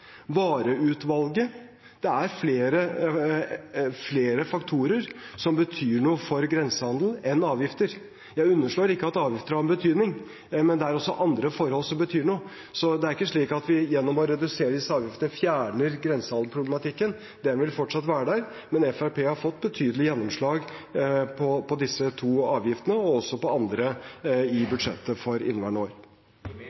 vareutvalget. Det er flere faktorer som betyr noe for grensehandelen, enn avgifter. Jeg underslår ikke at avgifter har en betydning, men det er også andre forhold som betyr noe. Det er ikke slik at vi gjennom å redusere disse avgiftene fjerner grensehandelsproblematikken. Den vil fortsatt være der. Men Fremskrittspartiet har fått betydelig gjennomslag på disse to avgiftene og også på andre i